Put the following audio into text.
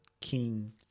king